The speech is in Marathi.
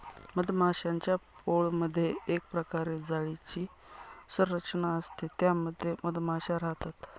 मधमाश्यांच्या पोळमधे एक प्रकारे जाळीची संरचना असते त्या मध्ये मधमाशा राहतात